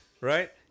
right